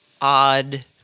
odd